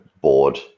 board